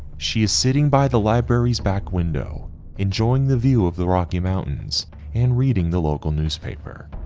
she is sitting by the library's back window enjoying the view of the rocky mountains and reading the local newspaper.